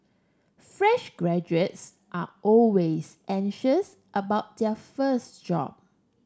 fresh graduates are always anxious about their first job